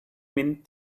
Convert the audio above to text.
mint